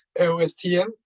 LSTM